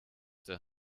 der